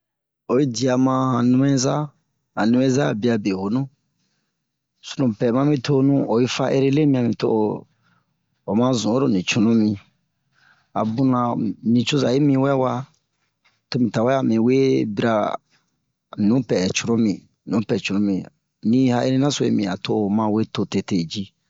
oyi diya ma han numɛza han numɛza biya be honu sunupɛ mami tonu oyi fa ere lemiyan bin to o o ma zun oro ni cunu a bunna nucoza hi miwɛwa tomi tawɛ ami wee bira nupɛ cunumi cunumi ni ha'irina so yi mi a to o ma wee to tete ji